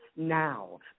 now